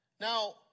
Now